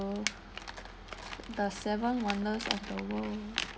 ~o the seven wonders of the world